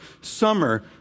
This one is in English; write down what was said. summer